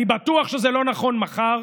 אני בטוח שזה לא נכון מחר.